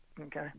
Okay